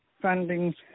funding